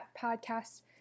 Podcast